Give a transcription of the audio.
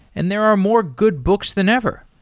and there are more good books than ever.